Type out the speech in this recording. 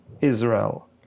Israel